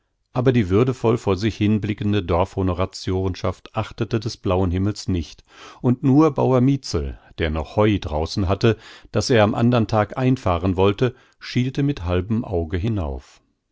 aber die würdevoll vor sich hinblickende dorfhonoratiorenschaft achtete des blauen himmels nicht und nur bauer mietzel der noch heu draußen hatte das er am andern tag einfahren wollte schielte mit halbem auge hinauf